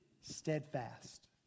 Steadfast